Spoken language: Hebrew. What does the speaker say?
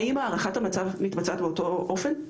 האם הערכת המצב מתבצעת באותו אופן?